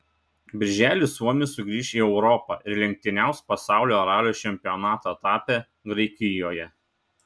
birželį suomis sugrįš į europą ir lenktyniaus pasaulio ralio čempionato etape graikijoje